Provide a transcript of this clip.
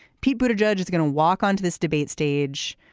the but judge is going to walk onto this debate stage.